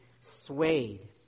swayed